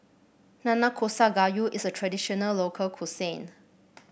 Nanakusa Gayu is a traditional local cuisine